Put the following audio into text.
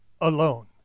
alone